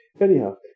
Anyhow